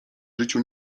życiu